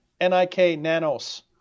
NIKNanos